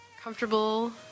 comfortable